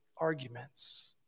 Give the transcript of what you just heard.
arguments